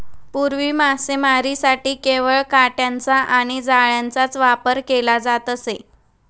पूर्वी मासेमारीसाठी केवळ काटयांचा आणि जाळ्यांचाच वापर केला जात असे